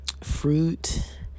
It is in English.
Fruit